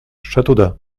châteaudun